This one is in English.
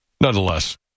nonetheless